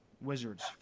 Wizards